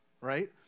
right